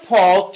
Paul